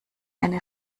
eine